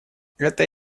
это